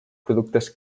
productes